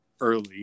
early